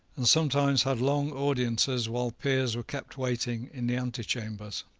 and sometimes had long audiences while peers were kept waiting in the antechambers.